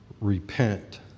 Repent